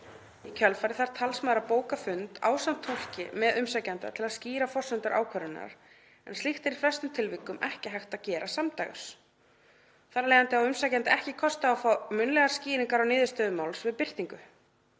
Í kjölfarið þarf talsmaður að bóka fund ásamt túlki með umsækjanda til að skýra forsendur ákvörðunarinnar en slíkt er í flestum tilvikum ekki hægt að gera samdægurs. Á umsækjandi því ekki kost á að fá munnlegar skýringar á niðurstöðu máls við birtingu.